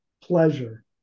pleasure